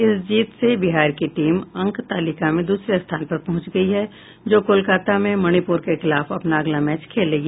इस जीत से बिहार की टीम अंक तालिका में दूसरे स्थान पर पहुंच गयी है जो कोलकता में मणिपुर के खिलाफ अपना अगला मैच खेलेगी